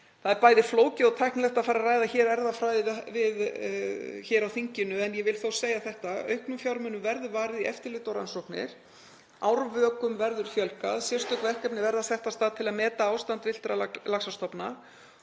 Það er bæði flókið og tæknilegt að fara að ræða erfðafræði hér á þinginu en ég vil þó segja þetta: Auknum fjármunum verður varið í eftirlit og rannsóknir, árvökum verður fjölgað, sérstök verkefni verða sett af stað til að meta ástand villtra laxastofna